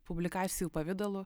publikacijų pavidalu